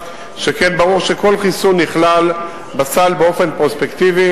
שכן ברור שכל חיסון נכלל בסל באופן פרוספקטיבי